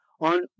on